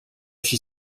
she